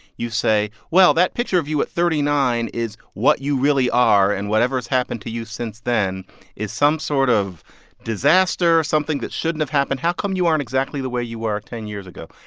you say, well, that picture of you at thirty nine is what you really are and whatever's happened to you since then is some sort of disaster or something that shouldn't have happened. how come you aren't exactly the way you were ten years ago?